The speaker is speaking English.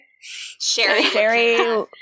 Sherry